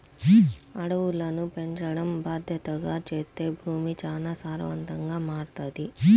అడవులను పెంచడం బాద్దెతగా చేత్తే భూమి చానా సారవంతంగా మారతది